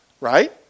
right